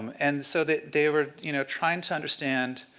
um and so they they were you know trying to understand